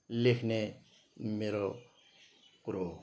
लेख्ने मेरो कुरो